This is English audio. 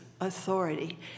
authority